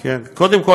קודם כול,